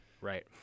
Right